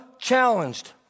challenged